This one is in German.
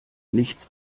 nichts